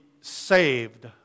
saved